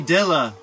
Dilla